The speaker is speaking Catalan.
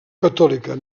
catòlica